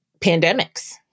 pandemics